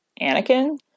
Anakin